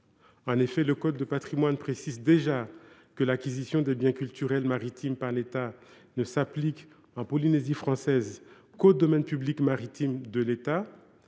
En effet, le code du patrimoine précise déjà que l’acquisition des biens culturels maritimes par l’État ne s’applique en Polynésie française qu’au domaine public maritime de l’État.